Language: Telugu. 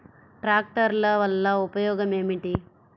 ట్రాక్టర్ల వల్ల ఉపయోగం ఏమిటీ?